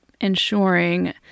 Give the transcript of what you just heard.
ensuring